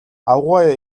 аугаа